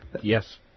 Yes